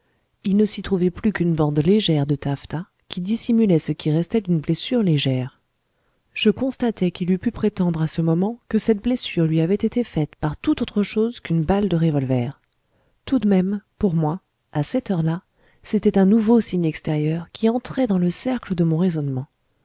il ne s'y trouvait plus qu'une bande légère de taffetas qui dissimulait ce qui restait d'une blessure légère je constatai qu'il eût pu prétendre à ce moment que cette blessure lui avait été faite par toute autre chose qu'une balle de revolver tout de même pour moi à cette heure-là c'était un nouveau signe extérieur qui entrait dans le cercle de mon raisonnement